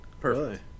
Perfect